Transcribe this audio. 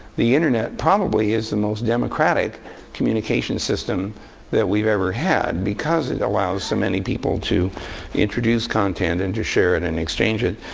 the internet probably is the most democratic communication system that we've ever had, because it allows so many people to introduce content, and to share it, and exchange it.